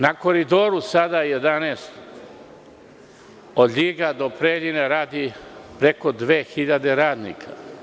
Na Koridoru 11, od Ljiga do Preljine radi preko 2.000 radnika.